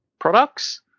products